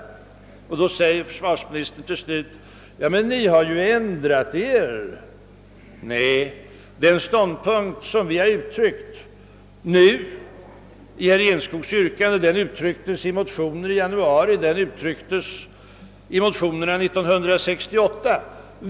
Då säger kanske försvarsministern: Ja, men ni har ju ändrat er! Nej, det har vi inte. Den ståndpunkt som vi givit uttryck åt i herr Enskogs yrkande uttrycktes också i motioner i januari i år samt i våra motioner 1968.